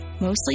mostly